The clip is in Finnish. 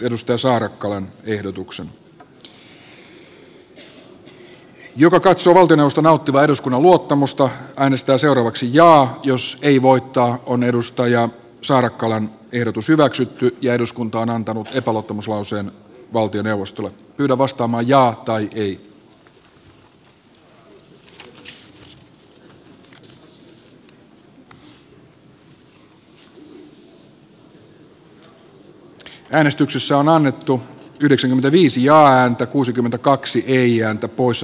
edellä olevan perusteella eduskunta katsoo vinosta nauttiva eduskunnan luottamusta hänestä seuraavaksi ja jossa että hallitus on edustaja sarkolan ehdotus hyväksytty ja eduskunta toiminnallaan hylännyt kunnalliseen itsehallintoon nojaavan uudistustyön unohtanut palvelut lähtenyt suurkuntien tielle ja ajanut kuntakentän sekasortoon